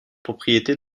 propriété